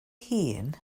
hŷn